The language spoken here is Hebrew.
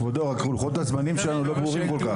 כבודו רק לוחות הזמנים שלנו לא ברורים כל כך.